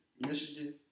Michigan